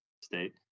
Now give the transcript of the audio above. state